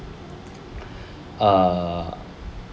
err